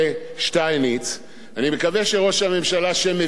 אני מקווה שראש הממשלה שמבין את הדבר הזה יתעשת,